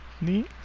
neat